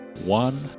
one